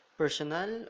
personal